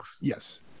Yes